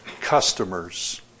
Customers